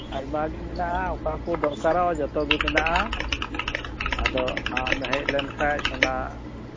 ᱟᱭᱢᱟᱜᱮ ᱢᱮᱱᱟᱜᱼᱟ ᱚᱠᱟ ᱠᱚ ᱫᱚᱨᱠᱟᱨᱚᱜᱼᱟ ᱡᱚᱛᱚᱜᱮ ᱢᱮᱱᱟᱜᱼᱟ ᱟᱫᱚ ᱟᱢ ᱦᱮᱡ ᱞᱮᱱᱠᱷᱟᱱ ᱚᱱᱟ